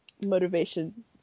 motivation